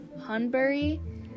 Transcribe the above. Hunbury